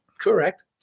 Correct